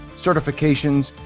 certifications